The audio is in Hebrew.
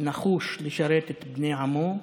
נחוש לשרת את בני עמו,